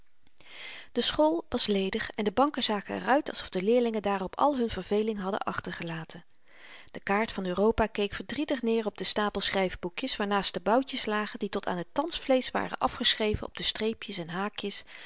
de school was ledig en de banken zagen er uit alsof de leerlingen daarop al hun verveling hadden achtergelaten de kaart van europa keek verdrietig neer op den stapel schryfboekjes waarnaast de boutjes lagen die tot aan het tandvleesch waren afgeschreven op de streepjes en haakjes